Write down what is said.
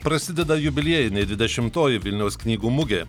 prasideda jubiliejinė dvidešimtoji vilniaus knygų mugė